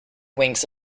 wings